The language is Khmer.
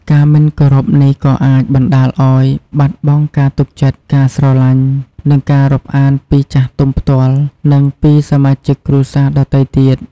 ការមិនគោរពនេះក៏អាចបណ្ដាលឲ្យបាត់បង់ការទុកចិត្ត ការស្រឡាញ់ និងការរាប់អានពីចាស់ទុំផ្ទាល់ និងពីសមាជិកគ្រួសារដទៃទៀត។